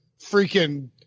freaking –